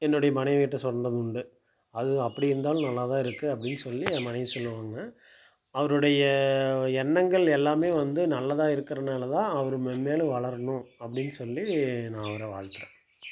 என்னுடைய மனைவிகிட்ட சொல்வதுண்டு அது அப்படி இருந்தாலும் நல்லா தான் இருக்குது அப்படின்னு சொல்லி என் மனைவி சொல்லுவாங்க அவருடைய எண்ணங்கள் எல்லாமே வந்து நல்லதாக இருக்கிறனால தான் அவர் மென்மேலும் வளரணும் அப்படின்னு சொல்லி நான் அவரை வாழ்த்துகிறேன்